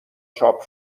چاپ